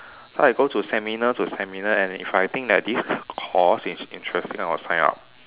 so I go to seminar to seminar and if I think that this course is interesting I will sign up